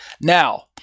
Now